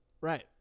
Right